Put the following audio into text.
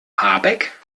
habeck